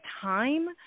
time